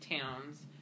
towns